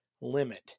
limit